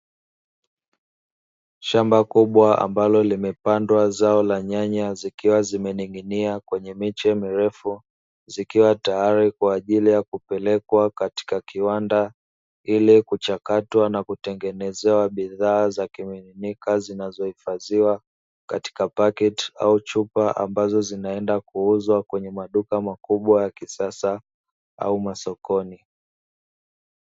Shamba kubwa ambalo limepandwa zao la nyanya zikiwa zimening'inia kwenye miche mirefu zikiwa tayari kwa ajili ya kupelekwa katika kiwanda ili kuchakatwa na kutengeneza bidhaa za kimiminika, zinazohifadhiwa katika paketi au chupa ambazo zinaenda kuuzwa kwenye maduka makubwa ya kisasa au masokoni.